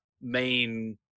main